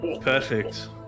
Perfect